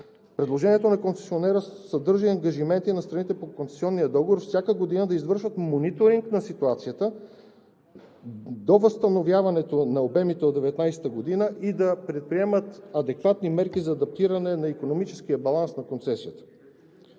Предложението на концесионера съдържа ангажименти на страните по концесионния договор всяка година да извършват мониторинг на ситуацията до възстановяването на обемите от 2019 г. и да предприемат адекватни мерки за адаптиране на икономическия баланс на концесията.